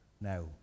now